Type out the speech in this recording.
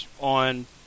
on